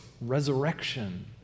resurrection